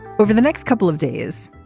over the next couple of days.